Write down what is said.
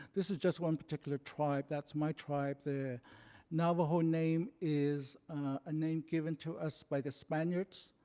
this is just one particular tribe, that's my tribe. the navajo name is a name given to us by the spaniards.